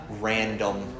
random